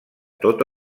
tot